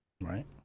right